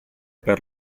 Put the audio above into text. per